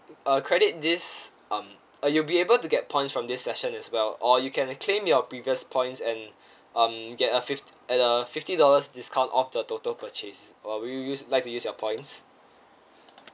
uh credit this um uh you'll be able to get points from this session as well or you can claim your previous points and um get a fif~ at a fifty dollars discount off the total purchase uh will you use like to use your points